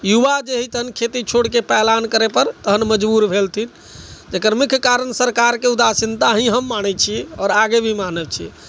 युवा जे है तखन खेती छोड़िके पलायन करै पर तखन मजबूर भेलथिन जेकर मुख्य कारण सरकारके उदासीनता ही हम मानै छियै आओर आगे भी मानै छियै